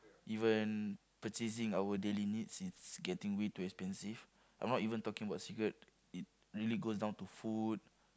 even purchasing our daily needs is getting way too expensive I'm not even talking about cigarette it really goes down to food